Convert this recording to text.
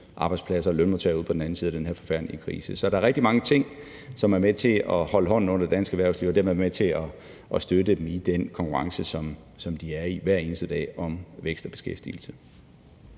arbejdspladser og lønmodtagere ud på den anden side af den her forfærdelige krise. Så der er rigtig mange ting, som er med til at holde hånden under dansk erhvervsliv og dermed er med til at støtte dem i den konkurrence om vækst og beskæftigelse,